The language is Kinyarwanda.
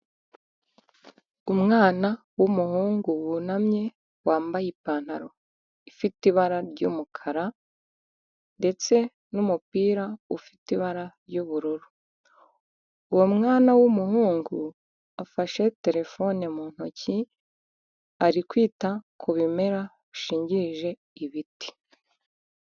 Umwana w'umuhungu wunamye, wambaye ipantaro ifite ibara ry'umukara, ndetse n'umupira ufite ibara ry'ubururu. Uwo mwana w'umuhungu afashe terefone mu ntoki, ari kwita ku bimera bishingirije ibiti.